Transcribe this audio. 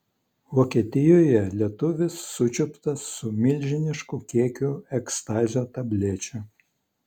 vokietijoje lietuvis sučiuptas su milžinišku kiekiu ekstazio tablečių